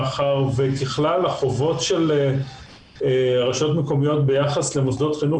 מאחר וככלל החובות של הרשויות המקומיות ביחס למוסדות חינוך